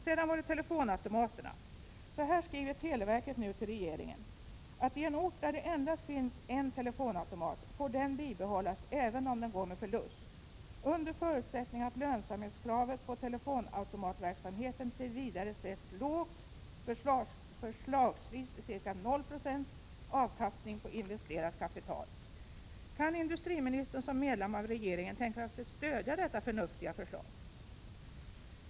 Sedan var det telefonautomaterna. Så här skriver televerket nu till regeringen: ”I ort där det endast finns en telefonautomat får den bibehållas även om den går med förlust. ——— Vid ett slopat monopol kan televerket fortsätta med samma policy under förutsättning ått lönsamhetskravet på telefonautomatverksamheten tv sätts lågt, förslagsvis ca 0 96 avkastning på investerat kapital.” Kan industriministern som medlem av regeringen tänka sig att stödja detta förnuftiga förslag?